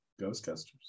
Ghostbusters